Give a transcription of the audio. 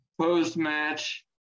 post-match